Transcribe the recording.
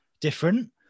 different